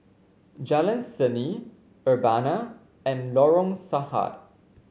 Jalan Seni Urbana and Lorong Sarhad